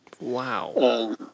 Wow